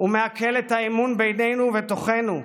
הוא מאכל את האמון בינינו ובתוכנו,